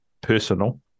personal